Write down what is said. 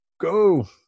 go